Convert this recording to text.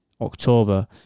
October